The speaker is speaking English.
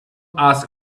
ask